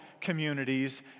communities